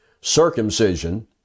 circumcision